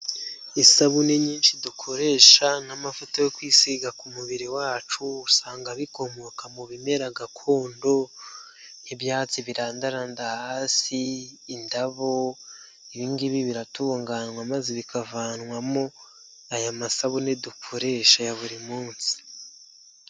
Isabune nyinshi dukoresha, n'amavuta yo kwisiga ku mubiri wacu, usanga bikomoka mu bimera gakondo, ibyatsi birandaranda hasi, indabo, ibi ngibi biratunganywa, maze bikavanwamo aya masabune dukoresha ya buri munsi.